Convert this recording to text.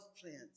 plants